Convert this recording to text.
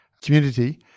community